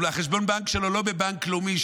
חשבון הבנק שלו לא בבנק לאומי,